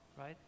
right